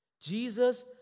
Jesus